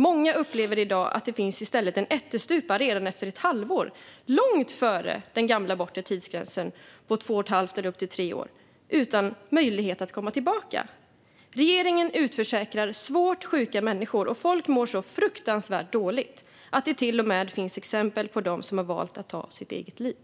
Många upplever i dag att det i stället finns en ättestupa redan efter ett halvår - långt före den gamla bortre tidsgränsen på två och ett halvt eller upp till tre år - utan möjlighet att komma tillbaka. Regeringen utförsäkrar svårt sjuka människor, och folk mår så fruktansvärt dåligt att det till och med finns exempel på dem som har valt att ta sitt eget liv.